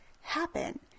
happen